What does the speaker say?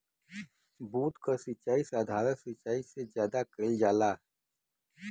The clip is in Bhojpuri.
बूंद क सिचाई साधारण सिचाई से ज्यादा कईल जाला